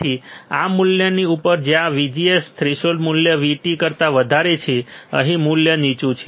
તેથી આ મૂલ્યની ઉપર જ્યાં VGS થ્રેશોલ્ડ મૂલ્ય VT કરતા વધારે છે અહીં મૂલ્ય નીચું છે